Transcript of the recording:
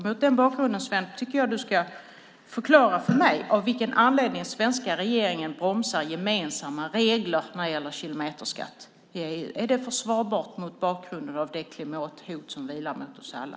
Mot den bakgrunden, Sven, tycker jag att du ska förklara för mig av vilken anledning den svenska regeringen bromsar gemensamma regler när det gäller kilometerskatt. Är det försvarbart mot bakgrund av det klimathot som vilar på oss alla?